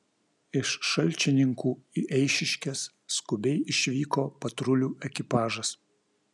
iš šalčininkų į eišiškes skubiai išvyko patrulių ekipažas